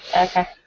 Okay